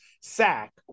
sack